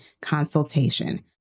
consultation